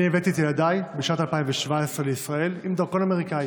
אני הבאתי את ילדיי בשנת 2017 לישראל עם דרכון אמריקאי